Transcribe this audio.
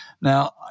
now